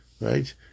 right